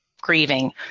grieving